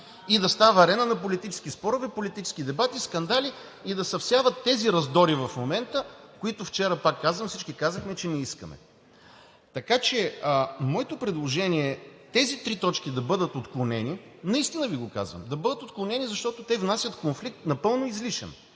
и да става арена на политически спорове, политически дебати, скандали и да се всяват тези раздори в момента, които вчера, пак казвам, всички казахме, че не искаме. Моето предложение е тези три точки да бъдат отклонени. Наистина Ви го казвам, да бъдат отклонени, защото те внасят напълно излишен